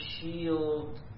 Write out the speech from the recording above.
shield